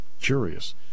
curious